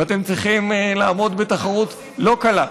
ואתם צריכים לעמוד בתחרות לא קלה.